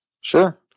Sure